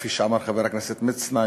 כפי שאמר חבר הכנסת מצנע,